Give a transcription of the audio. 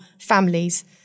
families